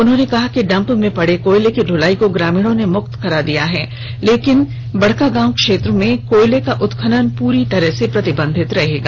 उन्होंने कहा कि डंप में पड़े कोयले की द्वलाई को ग्रामीणों ने मुक्त कर दिया है लेकिन बड़कागांव क्षेत्र में कोयले का उत्खनन प्ररी तरह प्रतिबंधित रहेगा